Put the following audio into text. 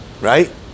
right